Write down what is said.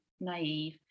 naive